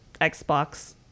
xbox